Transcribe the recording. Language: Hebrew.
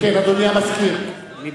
אדוני המזכיר, בבקשה.